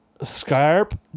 scarp